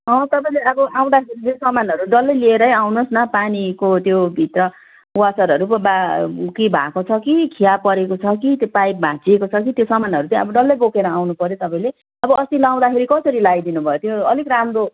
तपाईँले अब आउँदाखेरि चाहिँ सामानहरू डल्लै लिएरै आउनुहोस् न पानीको त्योभित्र वासर्डहरू पो बा केही भएको छ कि खिया परेको छ कि त्यो पाइप भाँचिएको छ कि त्यो सामानहरू चाहिँ अब डल्लै बोकेर आउनुपर्यो तपाईँले अब अस्ति लगाउँदाखेरि कसरी लगाइदिनु भयो त्यो अलिक राम्रो